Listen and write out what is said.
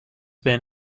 been